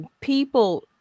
people